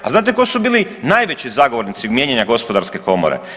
Ali znate tko su bili najveći zagovornici mijenjanja gospodarske komore?